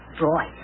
boy